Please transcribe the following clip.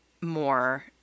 more